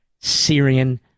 Syrian